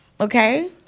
okay